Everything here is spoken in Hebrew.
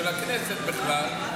של הכנסת בכלל,